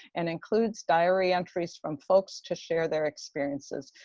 and includes diary entries from folks to share their experiences.